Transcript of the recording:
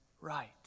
right